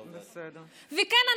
וכן,